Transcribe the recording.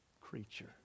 creature